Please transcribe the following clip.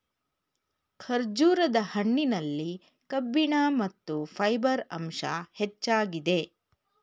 ಖರ್ಜೂರದ ಹಣ್ಣಿನಲ್ಲಿ ಕಬ್ಬಿಣ ಮತ್ತು ಫೈಬರ್ ಅಂಶ ಹೆಚ್ಚಾಗಿದೆ